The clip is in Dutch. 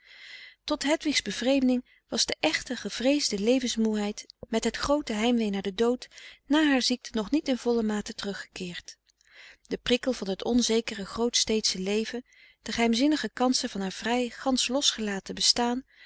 tot hedwigs bevreemding was de echte gevreesde levensmoeheid met het groote heimwee naar den dood na haar ziekte nog niet in volle mate teruggekeerd de prikkel van het onzekere grootsteedsche leven de geheimzinnige kansen van haar vrij gansch losgelaten bestaan